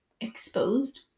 exposed